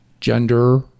gender